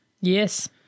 Yes